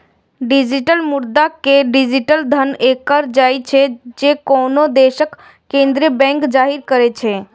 digital मुद्रा कें digital धन कहल जाइ छै, जे कोनो देशक केंद्रीय बैंक जारी करै छै